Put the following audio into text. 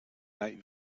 night